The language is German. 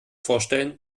vorstellen